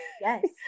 yes